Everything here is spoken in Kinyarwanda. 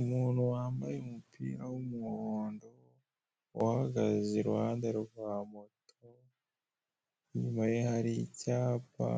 Umuntu wambaye umupira w'umuhondo, uhagaze iruhande rwa moto, inyuma ye hari icyapa